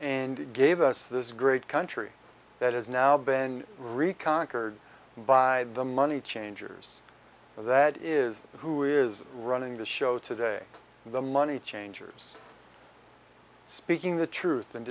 and gave us this great country that has now been recurrent heard by the money changers that is who is running the show today the money changers speaking the truth and